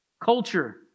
culture